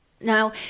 Now